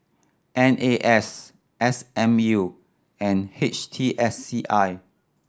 N A S S M U and H T S C I